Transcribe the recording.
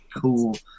cool